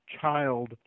child